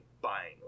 buying